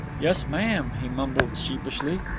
yes, ma'am, he mumbled sheepishly.